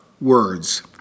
words